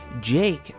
Jake